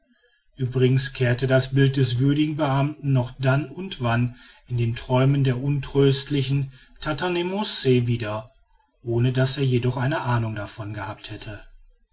uebrigens kehrte das bild des würdigen beamten noch dann und wann in den träumen der untröstlichen tatanmance wieder ohne daß er jedoch eine ahnung davon gehabt hätte